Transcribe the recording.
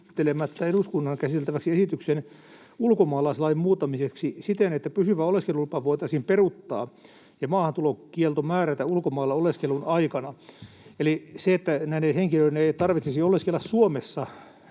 eduskunnan käsiteltäväksi esityksen ulkomaalaislain muuttamiseksi siten, että pysyvä oleskelulupa voitaisiin peruuttaa ja maahantulokielto määrätä ulkomailla oleskelun aikana.” Eli näiden henkilöiden ei tarvitsisi oleskella Suomessa